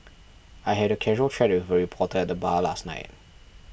I had a casual chat with a reporter at the bar last night